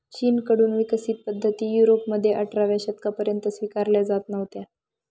चीन कडून विकसित पद्धती युरोपमध्ये अठराव्या शतकापर्यंत स्वीकारल्या जात नव्हत्या